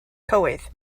cywydd